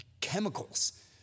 chemicals